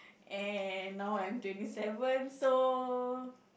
and now I'm twenty seven so